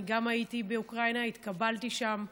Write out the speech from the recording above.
אני גם הייתי באוקראינה, התקבלתי שם,